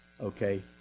okay